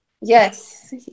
Yes